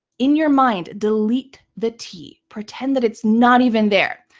in your mind, delete the t. pretend that it's not even there.